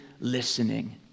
listening